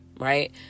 right